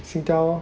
Singtel